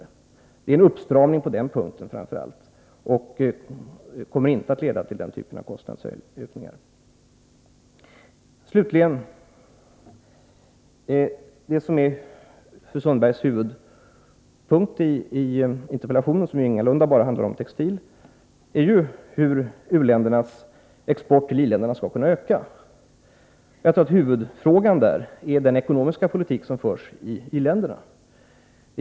Det är fråga om en uppstramning framför allt på den punkten, och det kommer inte att leda till den typ av kostnadsökningar som vi här talar om. Huvudpunkten i fru Sundbergs interpellation gäller — och det handlar här ingalunda bara om textilområdet — hur u-ländernas export till i-länderna skall kunna öka. Huvudfrågan där är den ekonomiska politik som förs i i-länderna.